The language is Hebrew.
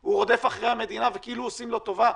הוא רודף אחרי המדינה וכאילו עושים לו טובה,